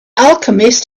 alchemist